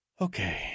Okay